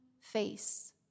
face